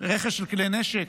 רכש של כלי נשק?